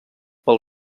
pel